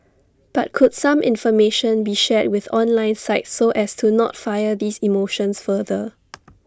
but could some information be shared with online sites so as to not fire these emotions further